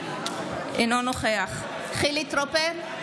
אינו נוכח חילי טרופר,